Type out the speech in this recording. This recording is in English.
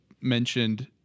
mentioned